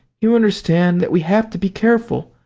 you understand that we have to be careful.